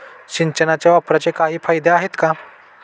सिंचनाच्या वापराचे काही फायदे आहेत का?